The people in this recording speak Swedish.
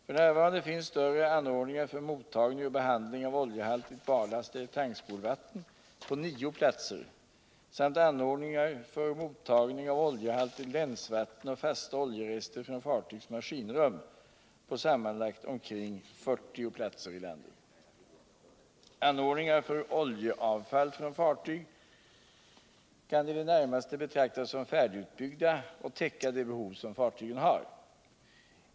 F. n. finns större anordningar för mottagning och behandling av oljehaltigt barlast eller tankspolvatten på nio platser samt anordningar för mottagning av oljehaltigt länsvatten och fasta oljerester från fartygs maskinrum på sammanlagt omkring 40 platser i landet. Anordningarna för oljeavfall från fartyg kan i det närmaste betraktas som färdigutbyggda och täcka det behov som fartygen har.